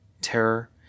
terror